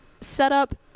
setup